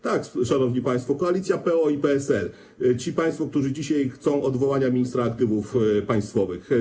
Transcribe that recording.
Tak, szanowni państwo, koalicja PO i PSL, ci państwo, którzy dzisiaj chcą odwołania ministra aktywów państwowych.